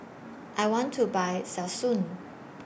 I want to Buy Selsun